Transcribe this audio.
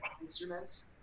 instruments